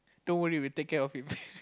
don't worry we will take care of him